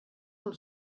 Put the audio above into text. del